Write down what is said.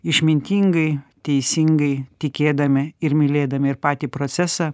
išmintingai teisingai tikėdami ir mylėdami ir patį procesą